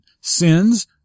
Sins